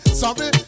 sorry